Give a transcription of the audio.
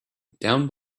down